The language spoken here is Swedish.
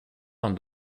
någon